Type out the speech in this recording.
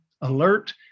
alert